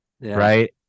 right